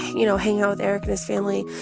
you know, hang out with eric and his family,